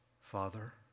Father